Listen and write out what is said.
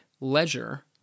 Ledger